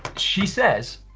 she says,